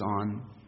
on